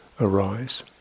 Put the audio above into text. arise